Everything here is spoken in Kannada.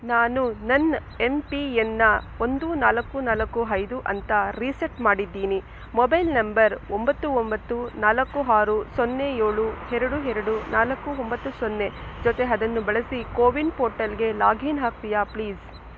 ನಾನು ನನ್ನ ಎಂ ಪಿಎನ್ನ್ನ ಒಂದು ನಾಲ್ಕು ನಾಲ್ಕು ಐದು ಅಂತ ರೀಸೆಟ್ ಮಾಡಿದ್ದೀನಿ ಮೊಬೈಲ್ ನಂಬರ್ ಒಂಬತ್ತು ಒಂಬತ್ತು ನಾಲ್ಕು ಆರು ಸೊನ್ನೆ ಏಳು ಎರಡು ಎರಡು ನಾಲ್ಕು ಒಂಬತ್ತು ಸೊನ್ನೆ ಜೊತೆ ಅದನ್ನು ಬಳಸಿ ಕೋವಿನ್ ಪೋರ್ಟಲ್ಗೆ ಲಾಗಿನ್ ಆಗ್ತೀಯಾ ಪ್ಲೀಸ್